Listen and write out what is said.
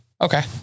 Okay